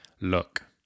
look